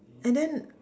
and then